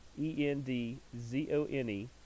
e-n-d-z-o-n-e